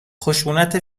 خشونت